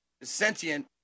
Sentient